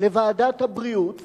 לוועדת הבריאות,